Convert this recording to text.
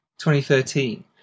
2013